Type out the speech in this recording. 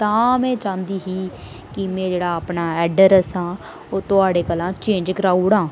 तां में चाहंदी ही कि मेरा अपना अडरेस थुआढ़े कोला चेंज कराई ओड़ां